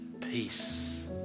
Peace